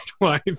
wife